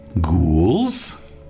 ghouls